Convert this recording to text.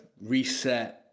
reset